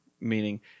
meaning